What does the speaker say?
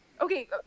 Okay